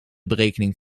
berekening